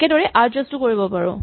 একেদৰে আৰজাষ্ট কৰিব পাৰো